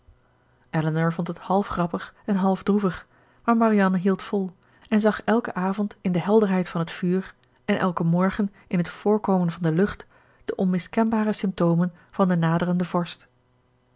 elinor vond het half grappig en half droevig maar marianne hield vol en zag elken avond in de helderheid van het vuur en elken morgen in t voorkomen van de lucht de onmiskenbare symptomen van de naderende vorst